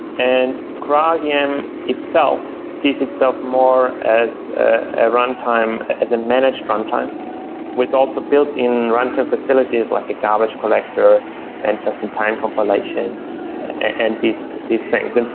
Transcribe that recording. and graalvm itself sees itself more as a runtime, as a managed runtime with also built in runtime facilities like a garbage collector and just-in-time compilation and these these things. and